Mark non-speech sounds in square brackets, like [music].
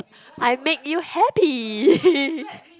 I make you happy [laughs]